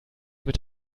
mit